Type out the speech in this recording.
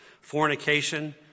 fornication